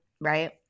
right